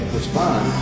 respond